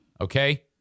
Okay